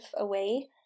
away